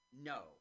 No